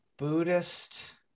buddhist